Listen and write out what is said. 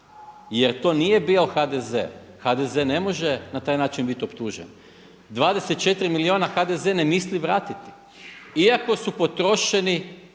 jer to nije bio HDZ. HDZ ne može na taj način biti optužen. 24 milijuna HDZ ne misli vratiti iako su potrošeni